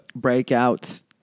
Breakouts